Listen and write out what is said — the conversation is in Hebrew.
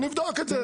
נבדוק את זה.